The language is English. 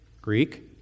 Greek